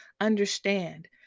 understand